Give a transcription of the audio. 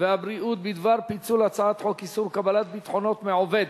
והבריאות בדבר פיצול הצעת חוק איסור קבלת ביטחונות מעובד,